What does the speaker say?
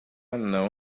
não